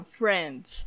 friends